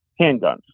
handguns